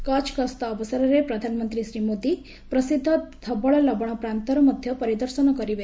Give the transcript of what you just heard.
କଚ୍ଚ ଗସ୍ତ ଅବସରରେ ପ୍ରଧାନମନ୍ତ୍ରୀ ଶ୍ରୀ ମୋଦି ପ୍ରସିଦ୍ଧ ଧବଳ ଲବଣ ପ୍ରାନ୍ତର ମଧ୍ୟ ପରିଦର୍ଶନ କରିବେ